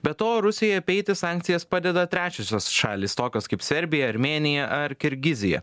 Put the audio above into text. be to rusijai apeiti sankcijas padeda trečiosios šalys tokios kaip serbija armėnija ar kirgizija